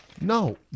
No